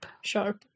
Sharp